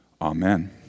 Amen